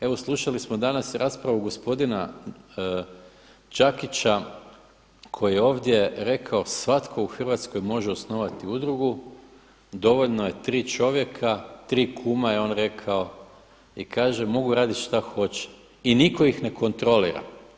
Evo slušali smo danas raspravu gospodina Đakića koji je ovdje rekao, svatko u Hrvatskoj može osnovati udrugu, dovoljno je tri čovjeka, tri kuma je on rekao i kaže mogu raditi šta hoće i nitko ih ne kontrolira.